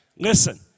Listen